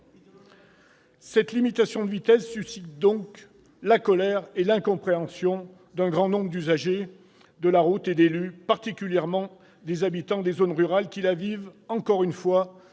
Cette limitation de vitesse suscite donc la colère et l'incompréhension d'un grand nombre d'usagers de la route et d'élus, particulièrement des habitants des zones rurales qui la vivent comme une